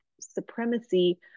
supremacy